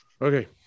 Okay